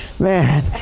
Man